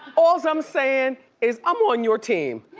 all's i'm sayin' is i'm on your team,